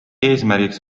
eesmärgiks